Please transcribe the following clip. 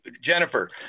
Jennifer